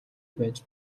байж